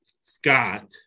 Scott